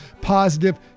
positive